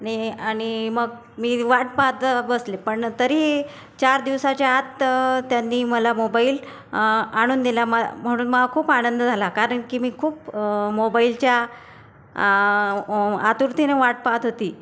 नी आणि मग मी वाट पाहात बसले पण तरी चार दिवसाच्या आत त्यांनी मला मोबाईल आणून दिला म म्हणून मला खूप आनंद झाला कारण की मी खूप मोबाईलच्या आतुरतेने वाट पहात होती